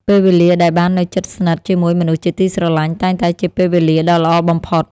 ពេលវេលាដែលបាននៅជិតស្និទ្ធជាមួយមនុស្សជាទីស្រឡាញ់ តែងតែជាពេលវេលាដ៏ល្អបំផុត។